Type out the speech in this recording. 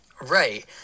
right